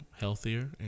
healthier